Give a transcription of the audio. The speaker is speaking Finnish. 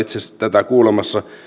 tätä kuulemassa